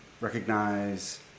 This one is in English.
recognize